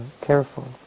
careful